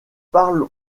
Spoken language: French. parle